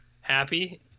Happy